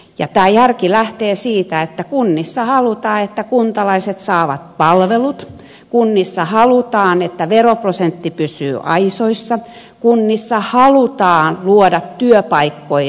ja tämä järki lähtee siitä että kunnissa halutaan että kuntalaiset saavat palvelut kunnissa halutaan että veroprosentti pysyy aisoissa kunnissa halutaan luoda työpaikkoja